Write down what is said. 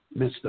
Mr